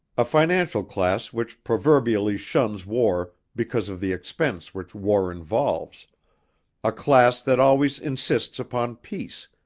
a financial class which proverbially shuns war because of the expense which war involves a class that always insists upon peace,